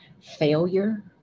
failure